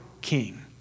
king